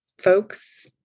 folks